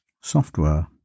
software